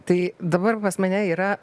tai dabar pas mane yra